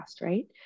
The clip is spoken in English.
right